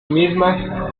misma